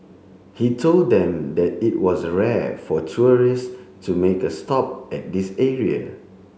he told them that it was rare for tourists to make a stop at this area